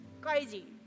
Crazy